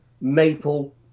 maple